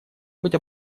быть